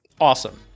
awesome